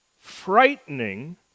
frightening